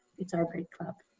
it's our great club,